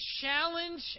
challenge